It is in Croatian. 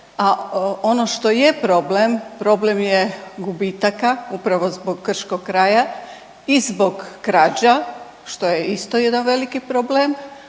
ono što je problem, problem je gubitaka upravo zbog krškog kraja i zbog krađa, što je isto jedan veliki problem,